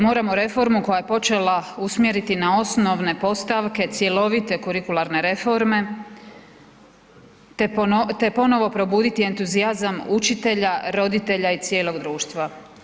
Moramo reformu koja je počela usmjeriti na osnovne postavke cjelovite kurikularne reforme te ponovo probuditi entuzijazam učitelja, roditelja i cijelog društva.